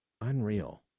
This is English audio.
unreal